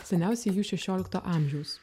seniausi jų šešiolikto amžiaus